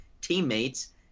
teammates